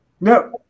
No